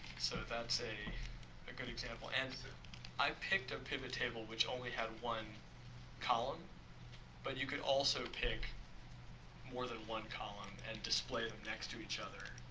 so, that's a good example, and i've picked a pivot table which only had one column but you could also pick more than one column, and display them next to each other